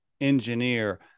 engineer